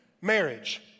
Marriage